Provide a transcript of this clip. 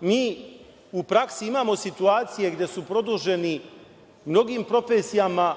mi u praksi imamo situacije gde su produženi u mnogim profesijama